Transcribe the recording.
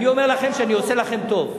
אני אומר לכם שאני עושה לכם טוב.